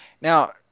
Now